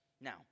Now